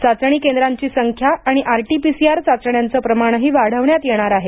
चाचणी केंद्रांची संख्या आणि आरटीपीसीआर चाचण्यांचं प्रमाणही वाढवण्यात येणार आहे